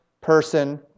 person